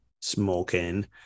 smoking